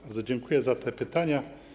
Bardzo dziękuję za te pytania.